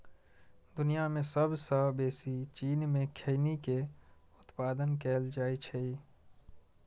दुनिया मे सबसं बेसी चीन मे खैनी के उत्पादन कैल जाइ छै